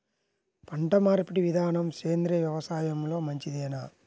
పంటమార్పిడి విధానము సేంద్రియ వ్యవసాయంలో మంచిదేనా?